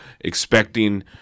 expecting